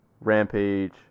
Rampage